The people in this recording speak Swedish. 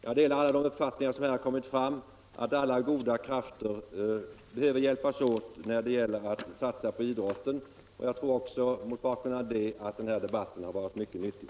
Jag instämmer i alla de uttalanden som här har gjorts om att alla goda krafter behöver hjälpas åt när det gäller att satsa på idrotten, och jag tror mot bakgrunden av det att den här debatten har varit mycket nyttig.